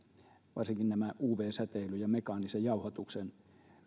varsinkin nämä uv säteilyn ja mekaanisen jauhatuksen